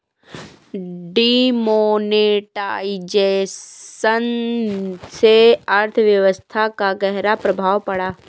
demonetisation से अर्थव्यवस्था पर ग़हरा प्रभाव पड़ा